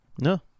no